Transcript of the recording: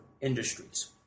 industries